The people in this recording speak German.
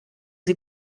sie